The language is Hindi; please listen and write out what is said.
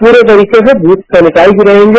पूरे तरीके से ब्थ सेनिटाइज रहेंगे